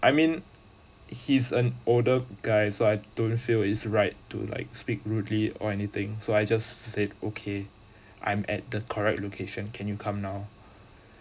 I mean he's an older guy so I don't feel is right to like speak rudely or anything so I just said okay I'm at the correct location can you come now